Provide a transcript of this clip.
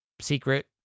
secret